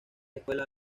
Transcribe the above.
escuela